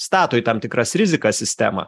stato į tam tikras rizikas sistemą